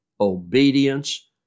obedience